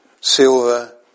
silver